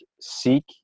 seek